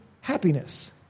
happiness